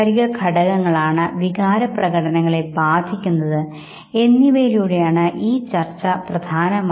മാത്രമല്ല ഇരുവശങ്ങളിലുമുള്ള ഭാവപ്രകടനങ്ങളിൽ തീവ്രതയിലും വ്യത്യാസമുണ്ട് ഇതു തന്നെയാണ് ഞാൻ പറയാൻ ആഗ്രഹിച്ച കാര്യം